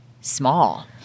small